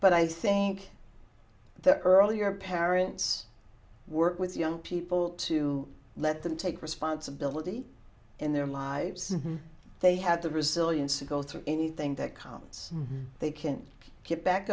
but i think the earlier parents work with young people to let them take responsibility in their lives and they have the resilience to go through anything that comes they can't get back